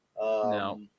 No